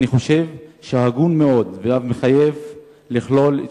אני חושב שהגון מאוד ואף מחייב לכלול את